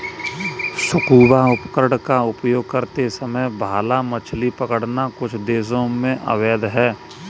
scuba उपकरण का उपयोग करते समय भाला मछली पकड़ना कुछ देशों में अवैध है